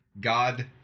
God